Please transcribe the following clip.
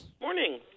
Morning